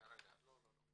רגע, לא לא.